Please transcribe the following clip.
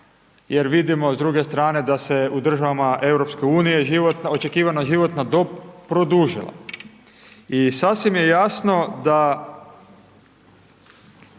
jer vidimo s druge strane da se u državama EU, očekivana životna dob produžila. I sasvim je jasno da,